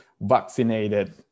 vaccinated